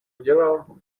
udělal